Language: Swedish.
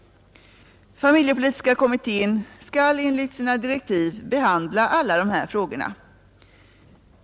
Familjepolitiska kommittén skall enligt sina direktiv behandla alla dessa frågor.